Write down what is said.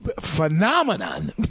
phenomenon